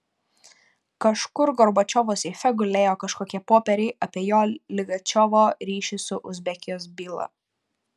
kažkur gorbačiovo seife gulėjo kažkokie popieriai apie jo ligačiovo ryšį su uzbekijos byla